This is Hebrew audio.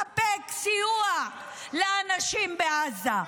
אונר"א הוא הארגון היחיד שמספק סיוע לאנשים בעזה.